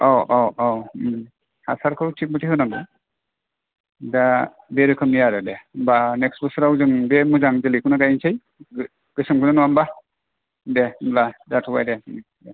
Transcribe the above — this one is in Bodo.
औ औ औ हासारखौ थिग मथे होनांगौ दा बे रोखोमनि आरो दे होमबा नेख्स बोसोराव जों बे मोजां जोलैखौनो गायनोसै गोसोमखौनो नङा होमबा दे होनब्ला जाथ'बाय दे दे